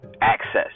access